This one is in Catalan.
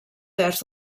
terç